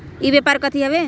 ई व्यापार कथी हव?